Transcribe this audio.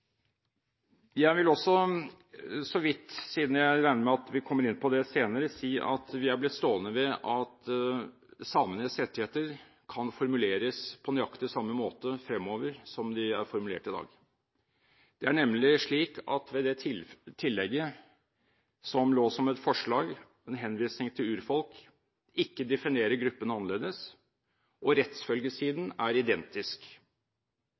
Jeg vil også, selv om jeg regner med at vi kommer inn på det senere, si at vi har blitt stående ved at samenes rettigheter kan formuleres på nøyaktig samme måte fremover som de er formulert i dag. Det er nemlig slik at det tillegget som lå som et forslag, en henvisning til urfolk, ikke definerer gruppen annerledes, og rettsfølgesiden er identisk.